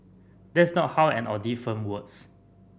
that's not how an audit firm works